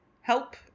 help